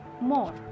more